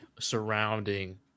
surrounding